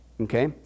Okay